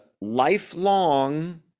lifelong